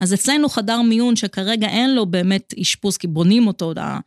אז אצלנו חדר מיון שכרגע אין לו באמת אשפוז, כי בונים אותו עוד ה-...